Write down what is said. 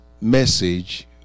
message